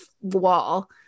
wall